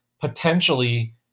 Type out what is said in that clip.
potentially